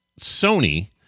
Sony